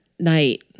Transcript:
Night